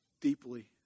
deeply